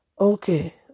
Okay